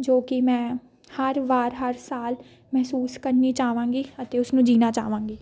ਜੋ ਕਿ ਮੈਂ ਹਰ ਵਾਰ ਹਰ ਸਾਲ ਮਹਿਸੂਸ ਕਰਨੀ ਚਾਵਾਂਗੀ ਅਤੇ ਉਸਨੂੰ ਜੀਉਣਾ ਚਾਹਵਾਂਗੀ